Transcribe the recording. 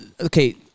okay